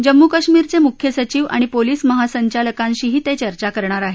जम्मू कश्मीरचे मुख्य सचीव आणि पोलीस महासंचालकांशीही ते चर्चा करणार आहेत